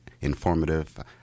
informative